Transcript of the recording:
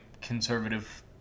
conservative